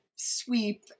sweep